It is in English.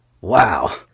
Wow